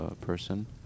person